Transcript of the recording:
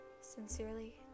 Sincerely